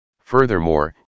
Furthermore